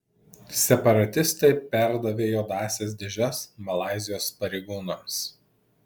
separatistai perdavė juodąsias dėžes malaizijos pareigūnams